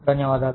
ధన్యవాదాలు